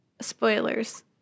spoilers